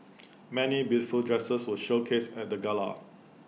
many beautiful dresses were showcased at the gala